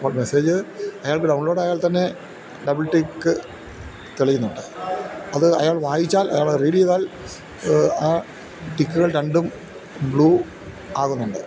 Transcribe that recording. അപ്പോൾ മെസ്സേജ് അയാൾക്ക് ഡൗൺലോഡ് ആയാൽ തന്നെ ഡബിൾ ടിക്ക് തെളിയുന്നുണ്ട് അത് അയാൾ വായിച്ചാൽ അയാൾ റീഡെയ്താൽ ആ ടിക്കുകൾ രണ്ടും ബ്ലൂ ആകുന്നുണ്ട്